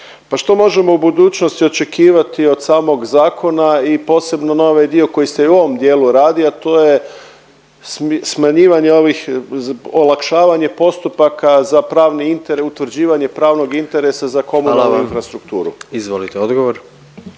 pa što možemo u budućnosti očekivati od samog zakona i posebno na ovaj dio koji se i u ovom dijelu radi, a to je smanjivanje ovih, olakšavanje postupaka za pravni intere… utvrđivanje pravnog interesa za komunalnu infrastrukturu. **Jandroković,